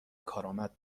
کارآمد